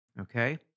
okay